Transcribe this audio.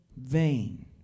vain